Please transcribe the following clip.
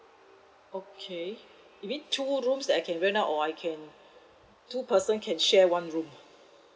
okay you mean two rooms that I can rent out or I can two person can share one room